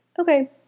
Okay